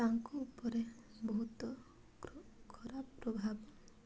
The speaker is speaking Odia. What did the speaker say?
ତାଙ୍କ ଉପରେ ବହୁତ ଖରାପ ପ୍ରଭାବ